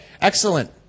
excellent